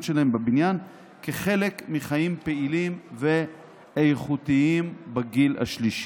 שלהם בבניין כחלק מחיים פעילים ואיכותיים בגיל השלישי.